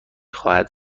خواهد